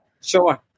Sure